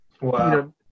Wow